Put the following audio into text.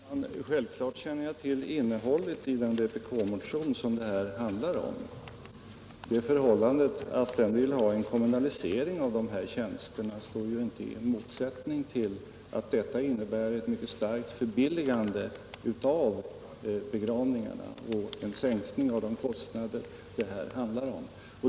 Herr talman! Självklart känner jag till innehållet i vpk-motionen. Det förhållandet att den vill kommunalisera dessa tjänster står inte i motsättning till att detta innebär ett mycket starkt förbilligande av begravningarna och en sänkning av de kostnader det här handlar om.